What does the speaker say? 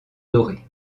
dorée